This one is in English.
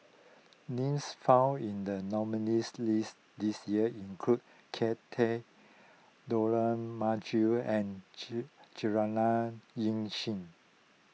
names found in the nominees' list this year include Kay Das Dollah Majid and Juliana Yasin